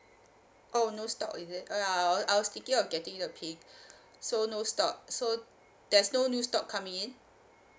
oh no stock is it uh I I was thinking of getting the pink so no stock so there's no new stock coming in